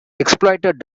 exploited